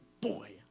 boy